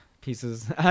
pieces